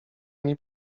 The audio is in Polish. ani